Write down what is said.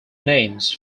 names